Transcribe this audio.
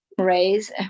raise